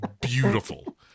Beautiful